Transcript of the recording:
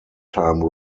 time